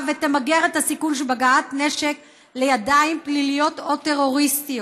ותמגר את הסיכון שבהגעת נשק לידיים פליליות או טרוריסטיות.